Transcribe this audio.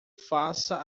faça